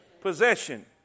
possession